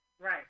Right